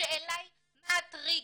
השאלה היא מה הטריגר,